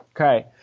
Okay